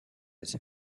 ces